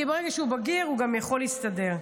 כי ברגע שהוא בגיר הוא גם יכול להסתדר.